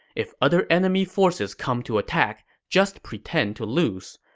if other enemy forces come to attack, just pretend to lose.